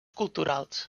culturals